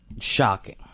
shocking